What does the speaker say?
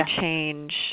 change